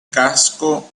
casco